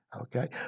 Okay